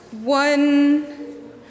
One